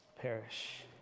perish